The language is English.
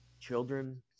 children